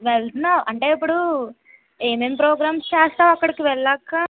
వెళ్తున్నావా అంటే ఇప్పుడు ఏమేమి ప్రోగ్రామ్స్ చేస్తావు అక్కడికి వెళ్ళాకా